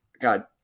God